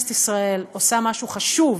כנסת ישראל עושה משהו חשוב